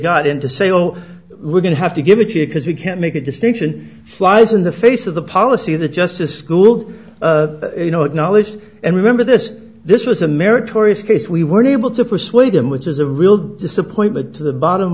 got into say oh we're going to have to give it to you because we can't make a distinction flies in the face of the policy of the justice school you know acknowledged and remember this this was a meritorious case we weren't able to persuade them which is a real disappointment to the bottom of